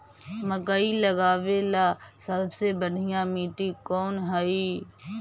मकई लगावेला सबसे बढ़िया मिट्टी कौन हैइ?